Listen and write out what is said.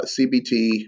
CBT